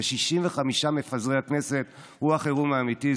65 מפזרי הכנסת הם החירום האמיתי.